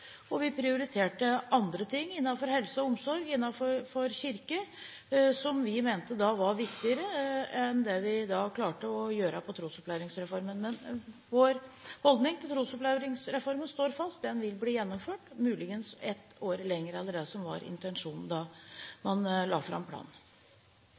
og prioriterte andre ting innenfor helse og omsorg og innenfor kirke som vi mente var viktigere enn det vi klarte å gjøre på trosopplæringsreformen. Men vår holdning til trosopplæringsreformen står fast: Den vil bli gjennomført, men muligens ett år senere enn det som var intensjonen da